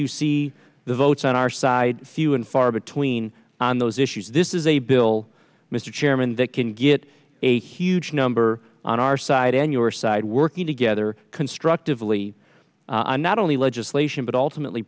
you see the votes on our side few and far between on those issues this is a bill mr chairman that can get a huge number on our side and your side working together constructively and not only legislation but ultimately